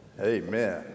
Amen